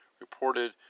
reported